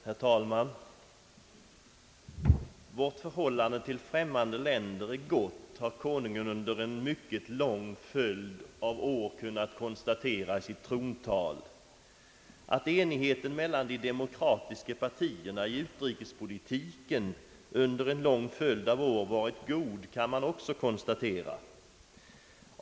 Herr talman! Vårt förhållande till främmande länder är gott har Konungen under en mycket lång följd av år kunnat konstatera i sitt trontal. Att enigheten mellan de demokratiska partierna i utrikespolitiken under en lång följd av år varit god kan man också konstatera.